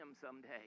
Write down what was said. someday